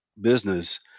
business